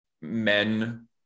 men